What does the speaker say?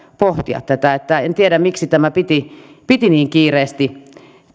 pohtia tätä en tiedä miksi tämä piti piti niin kiireesti